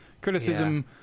criticism